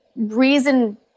reason